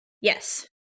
Yes